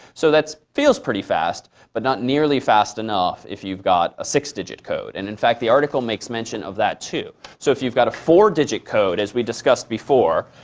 so that feels pretty fast, but not nearly fast enough if you've got a six digit code. and in fact, the article makes mention of that too. so if you've got a four digit code, as we discussed before,